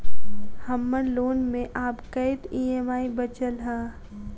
हम्मर लोन मे आब कैत ई.एम.आई बचल ह?